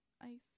ice